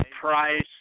Price